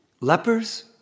lepers